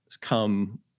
come